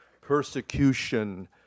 persecution